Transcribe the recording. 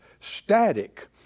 static